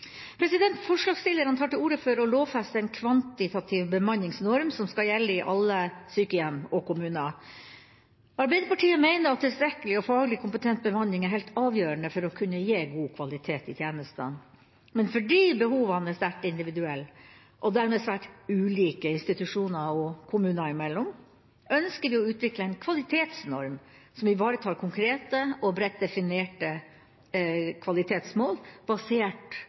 tar til orde for å lovfeste en kvantitativ bemanningsnorm som skal gjelde i alle sykehjem og kommuner. Arbeiderpartiet mener at tilstrekkelig og faglig kompetent bemanning er helt av gjørende for å kunne gi god kvalitet i tjenestene. Men fordi behovene er sterkt individuelle og dermed svært ulike institusjoner og kommuner imellom, ønsker vi å utvikle en kvalitetsnorm som ivaretar konkrete og bredt definerte kvalitetsmål, basert